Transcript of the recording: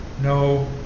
no